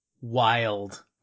wild